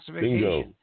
Bingo